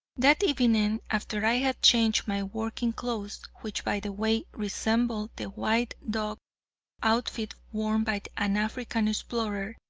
that evening, after i had changed my working clothes, which by the way, resembled the white duck outfit worn by an african explorer,